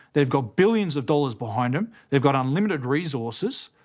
they've got billions of dollars behind them, they've got unlimited resources,